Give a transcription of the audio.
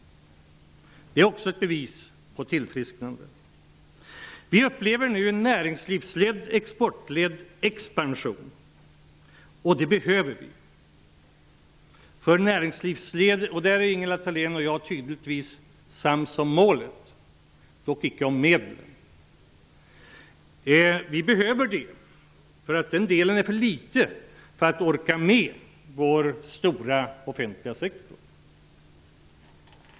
Det är också ett bevis på tillfrisknande. Vi upplever nu en näringslivsledd, exportledd expansion. Det behöver vi. På den punkten är Ingela Thalén och jag tydligen överens om målet, dock icke om medlen. Vi behöver denna expansion eftersom näringslivsdelen är för liten för att orka med vår stora offentliga sektor.